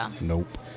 Nope